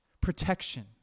Protection